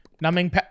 Numbing